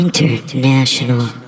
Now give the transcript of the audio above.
International